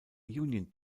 union